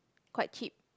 quite cheap